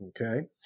Okay